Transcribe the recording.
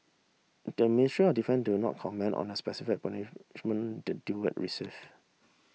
the Ministry of Defence did not comment on the specific punishment the duo received